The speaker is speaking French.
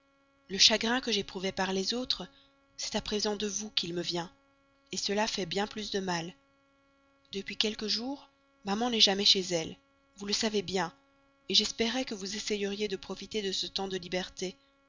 le chagrin que j'éprouvais par les autres c'est à présent de vous qu'il me vient cela fait bien plus de mal depuis quelques jours maman n'est jamais chez elle vous le savez bien j'espérais que vous essaieriez de profiter de ce temps de liberté